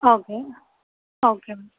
okay okay ma'am